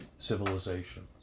civilization